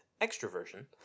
extroversion